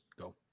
Go